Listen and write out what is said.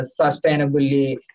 sustainably